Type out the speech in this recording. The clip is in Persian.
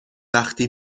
وقتی